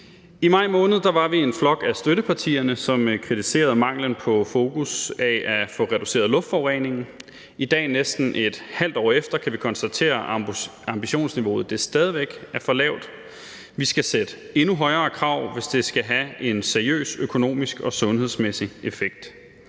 måned var vi en flok af støttepartierne, som kritiserede manglen på fokus på at få reduceret luftforureningen. I dag, næsten et halvt år efter, kan vi konstatere, at ambitionsniveauet stadig væk er for lavt. Vi skal sætte endnu højere krav, hvis det skal have en seriøs økonomisk og sundhedsmæssig effekt.